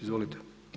Izvolite.